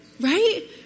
Right